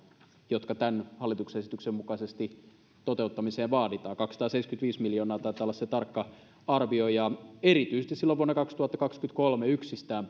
jotka tämän hallituksen esityksen mukaisesti toteuttamiseen vaaditaan kaksisataaseitsemänkymmentäviisi miljoonaa taitaa olla se tarkka arvio ja erityisesti silloin vuonna kaksituhattakaksikymmentäkolme yksistään